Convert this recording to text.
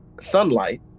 sunlight